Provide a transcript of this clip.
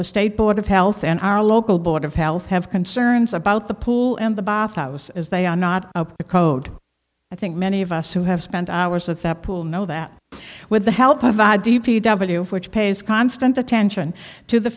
the state board of health and our local board of health have concerns about the pool and the bath house as they are not up to code i think many of us who have spent hours at the pool know that with the help of a d p w which pays constant attention to the